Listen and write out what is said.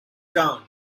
town